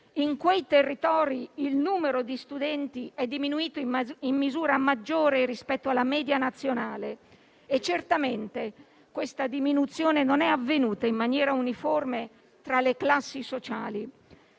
In quei territori il numero di studenti è diminuito in misura maggiore rispetto alla media nazionale e certamente questa diminuzione non è avvenuta in maniera uniforme tra le classi sociali.